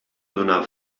donar